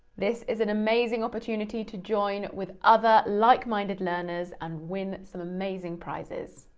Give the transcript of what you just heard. this is an amazing opportunity to join with other like-minded learners and win some amazing prizes.